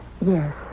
Yes